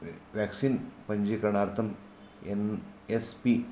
vaccine पञ्जीकरणार्थं N S P